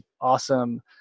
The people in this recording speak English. awesome